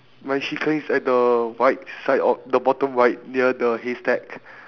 my chicken is at the right side of the bottom right near the haystack